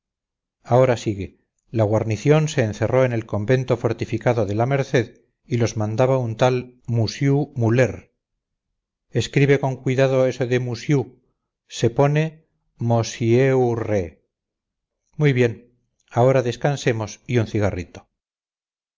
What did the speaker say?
ahora sigue la guarnición se encerró en el convento fortificado de la merced y los mandaba un tal musiú muller escribe con cuidado eso del musiú se pone mosieurre muy bien ahora descansemos y un cigarrito